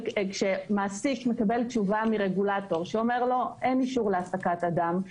כשמעסיק מקבל תשובה מרגולטור שאומר לו אין אישור להעסקת אדם,